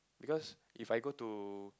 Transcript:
because If I go to